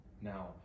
Now